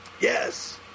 Yes